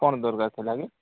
କ'ଣ ଦରକାର ଥିଲା କି